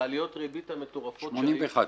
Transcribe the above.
בעליות הריבית המטורפות --- 81.